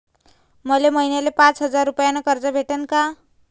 मले महिन्याले पाच हजार रुपयानं कर्ज भेटन का?